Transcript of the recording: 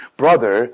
brother